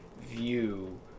view